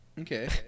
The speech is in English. Okay